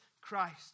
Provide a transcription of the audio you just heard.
Christ